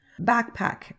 Backpack